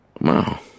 Wow